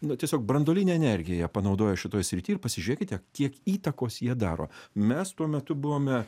nu tiesiog branduolinę energiją jie panaudojo šitoj srity ir pasižiūrėkite kiek įtakos jie daro mes tuo metu buvome